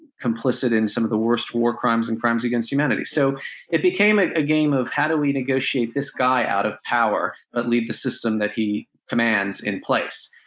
complicit in some of the worst war crimes and crimes against humanity. so it became a ah game of how do we negotiate this guy out of power, but leave the system that he commands in place?